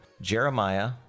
Jeremiah